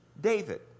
David